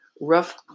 rough